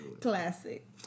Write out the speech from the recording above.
Classic